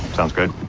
sounds good.